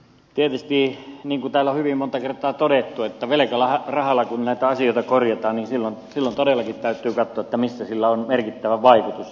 tietysti niin kuin täällä on hyvin monta kertaa todettu että velkarahalla kun näitä asioita korjataan niin silloin todellakin täytyy katsoa missä sillä on merkittävä vaikutus